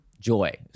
joy